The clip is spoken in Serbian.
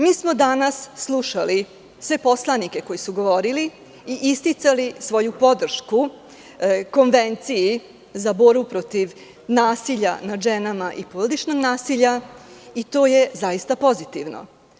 Mi smo danas slušali sve poslanike koji su govorili i isticali svoju podršku Konvenciji za borbu protiv nasilja nad ženama i porodičnog nasilja i to je zaista pozitivno.